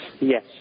yes